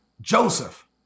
Joseph